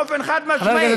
באופן חד-משמעי,